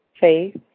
faith